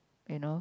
and know